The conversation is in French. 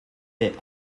est